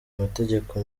mategeko